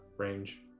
Range